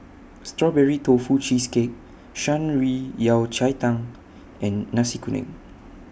Strawberry Tofu Cheesecake Shan Rui Yao Cai Tang and Nasi Kuning